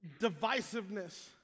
divisiveness